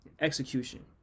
execution